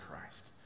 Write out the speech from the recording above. Christ